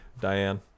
Diane